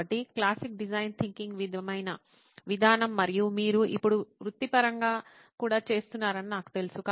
కాబట్టి classic design thinking విధమైన విధానం మరియు మీరు ఇప్పుడు వృత్తిపరంగా కూడా చేస్తున్నారని నాకు తెలుసు